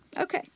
okay